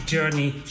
Journey